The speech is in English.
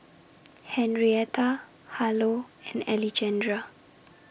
Henrietta Harlow and Alejandra